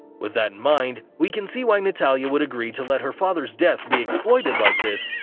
with that in mind, we can see why natalya would agree to let her father's death be exploited like this,